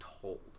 told